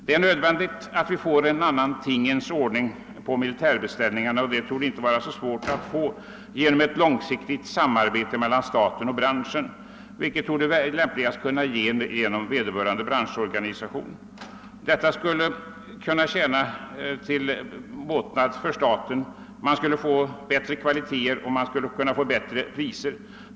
Det är nödvändigt att vi får en annan tingens ordning när det gäller militärbeställningarna, och det torde inte vara så svårt att åstadkomma detta genom ett långsiktigt samarbete mellan staten och branschen, något som lämpligen kan ordnas via vederbörande branschorganisationer. Detta skulle vara till båtnad för staten — man skulle få bättre kvaliteter, och man skulle kunna få bättre priser.